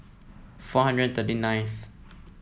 four hundred thirty ninth